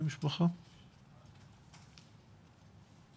ממרכז עדאלה